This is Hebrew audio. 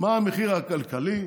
מה המחיר הכלכלי,